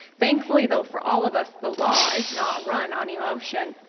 thankfully, though, for all of us, the law is not run on emotion.